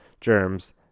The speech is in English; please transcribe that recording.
germs